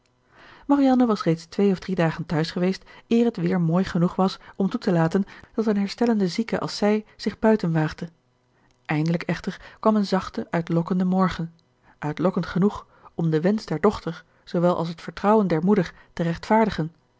marianne was reeds twee of drie dagen thuis geweest eer het weer mooi genoeg was om toe te laten dat eene herstellende zieke als zij zich buiten waagde eindelijk echter kwam een zachte uitlokkende morgen uitlokkend genoeg om den wensch der dochter zoowel als het vertrouwen der moeder